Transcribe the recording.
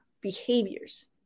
behaviors